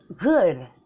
Good